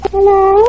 Hello